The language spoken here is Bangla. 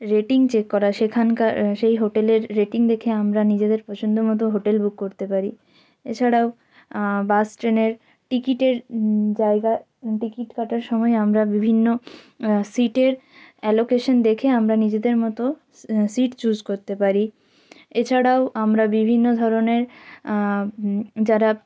রেটিং চেক করা সেখানকার সেই হোটেলের রেটিং দেখে আমরা নিজেদের পছন্দ মতো হোটেল বুক করতে পারি এছাড়াও বাস ট্রেনের টিকিটের ড্রাইভার টিকিট কাটার সময় আমরা বিভিন্ন সিটের অ্যালোকেশন দেখে আমরা নিজেদের মতো সিট চুস করতে পারি এছাড়াও আমরা বিভিন্ন ধরনের যারা